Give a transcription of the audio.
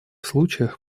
случаях